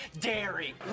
dairy